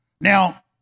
Now